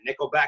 nickelback